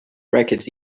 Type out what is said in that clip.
records